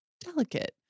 delicate